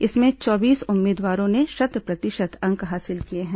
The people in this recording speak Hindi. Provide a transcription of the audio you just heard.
इसमें चौबीस उम्मीदवारों ने शत प्रतिशत अंक हासिल किए हैं